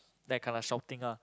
then I kena shouting ah